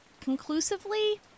conclusively